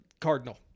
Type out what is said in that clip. Cardinal